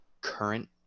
current